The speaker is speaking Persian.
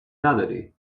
نداری